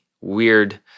weird